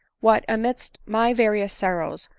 what, amidst my various sorrows,